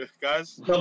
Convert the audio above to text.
guys